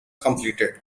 completed